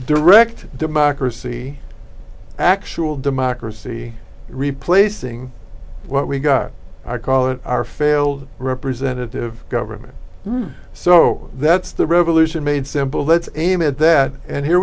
direct democracy actual democracy replacing what we got i call it our failed representative government so that's the revolution made simple let's aim at that and here